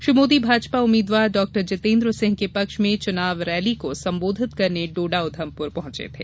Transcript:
श्री मोदी भाजपा उम्मीदवार डाक्टर जितेन्द्र सिंह के पक्ष में चुनाव रैली को संबोधित करने डोडा उधमपुर पहुंचे थे